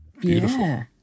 Beautiful